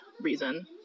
reason